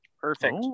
Perfect